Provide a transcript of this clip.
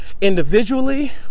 individually